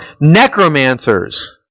necromancers